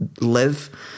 live